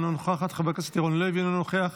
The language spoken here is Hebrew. אינה נוכחת,